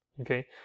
okay